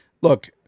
look